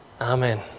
Amen